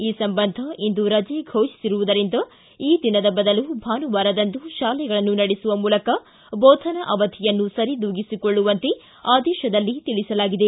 ಈ ಸಂಬಂಧ ಇಂದು ರಜೆ ಘೋಷಿಸಿರುವುದರಿಂದ ಈ ದಿನದ ಬದಲು ಭಾನುವಾರದಂದು ಶಾಲೆಗಳನ್ನು ನಡೆಸುವ ಮೂಲಕ ಬೋಧನಾ ಅವಧಿಯನ್ನು ಸರಿದೂಗಿಸಿಕೊಳ್ಳುವಂತೆ ಆದೇಶದಲ್ಲಿ ತಿಳಿಸಲಾಗಿದೆ